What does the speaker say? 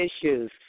issues